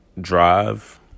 Drive